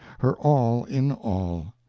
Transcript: her all in all,